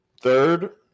Third